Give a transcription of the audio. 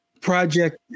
project